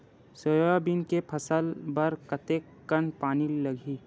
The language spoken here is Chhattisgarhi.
सोयाबीन के फसल बर कतेक कन पानी लगही?